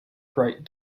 bright